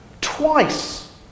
twice